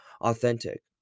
authentic